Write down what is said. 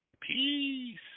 peace